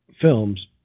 film's